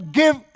give